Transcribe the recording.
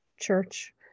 church